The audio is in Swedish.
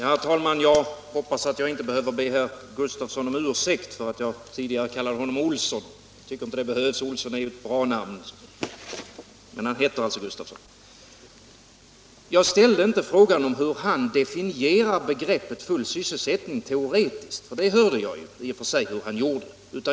Herr talman! Jag ställde inte frågan hur herr Gustafsson i Säffle definierar begreppet sysselsättning teoretiskt — det fick jag i och för sig besked om.